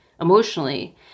emotionally